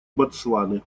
ботсваны